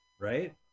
right